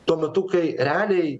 tuo metu kai realiai